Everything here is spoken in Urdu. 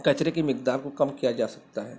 کچرے کی مقدار کو کم کیا جا سکتا ہے